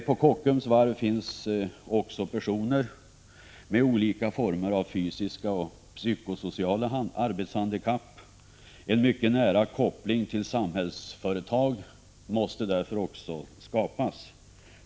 På Kockums Varv finns också personer med olika former av fysiska och psykosociala arbetshandikapp. En mycket nära koppling till Samhällsföretag måste därför skapas.